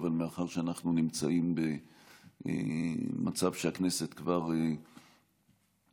אבל מאחר שאנחנו נמצאים במצב שהכנסת כבר התפזרה,